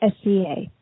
SCA